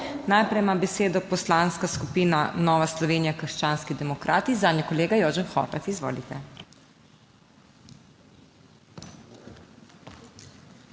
Najprej ima besedo Poslanska skupina Nova Slovenija - krščanski demokrati, zanjo kolega Jožef Horvat. Izvolite.